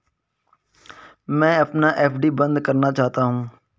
मैं अपनी एफ.डी बंद करना चाहता हूँ